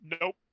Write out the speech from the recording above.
Nope